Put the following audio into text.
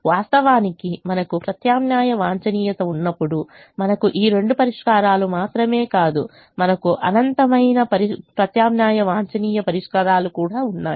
వాస్తవానికి మనకు ప్రత్యామ్నాయ వాంఛనీయత ఉన్నప్పుడు మనకు ఈ 2 పరిష్కారాలు మాత్రమే కాదు మనకు అనంతమైన ప్రత్యామ్నాయ వాంఛనీయ పరిష్కారాలు కూడా ఉన్నాయి